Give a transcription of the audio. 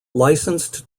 licensed